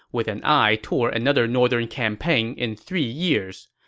with an eye toward another northern campaign in three years.